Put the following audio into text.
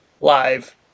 live